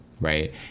right